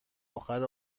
اخر